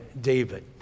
David